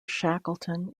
shackleton